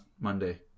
Monday